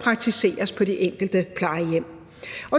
praktiseres på de enkelte plejehjem.